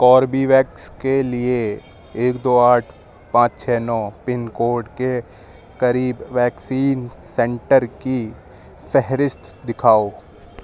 کوربی ویکس کے لیے ایک دو آٹھ پانچ چھ نو پن کوڈ کے قریب ویکسین سینٹر کی فہرست دِکھاؤ